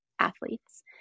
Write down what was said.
athletes